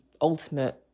ultimate